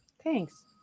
Thanks